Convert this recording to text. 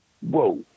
whoa